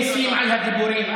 אין מיסים על הדיבורים,